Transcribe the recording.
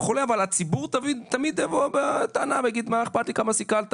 אבל הציבור תמיד יבוא בטענות ויגיד "מה אכפת לי כמה סיכלת?